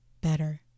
better